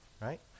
right